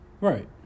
Right